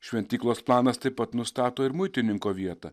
šventyklos planas taip pat nustato ir muitininko vietą